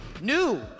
New